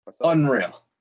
Unreal